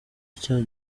icyaha